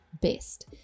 best